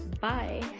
bye